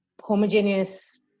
homogeneous